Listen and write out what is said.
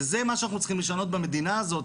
ואת זה אנחנו צריכים לשנות במדינה הזאת.